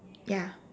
ya